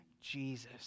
Jesus